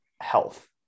Health